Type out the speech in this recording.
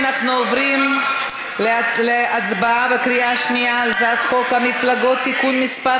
אנחנו עוברים להצבעה בקריאה שנייה על הצעת חוק המפלגות (תיקון מס'